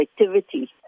activity